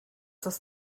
das